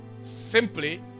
simply